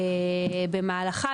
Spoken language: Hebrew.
במהלכה,